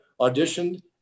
auditioned